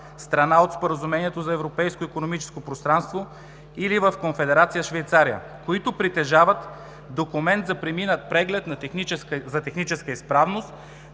страна по Споразумението за Европейското икономическо пространство, или в Конфедерация Швейцария, които притежават документ за преминат преглед за техническа изправност,